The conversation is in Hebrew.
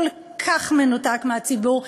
כל כך מנותק מהציבור,